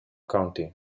county